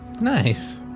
nice